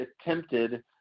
attempted